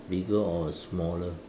bigger or a smaller